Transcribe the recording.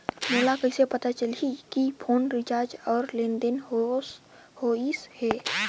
मोला कइसे पता चलही की फोन रिचार्ज और लेनदेन होइस हे?